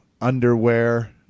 Underwear